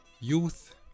Youth